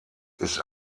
ist